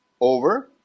over